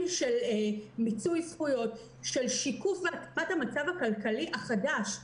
של מיצוי זכויות ושיקוף תמונת המצב הכלכלי החדש.